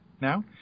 now